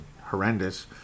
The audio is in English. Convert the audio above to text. horrendous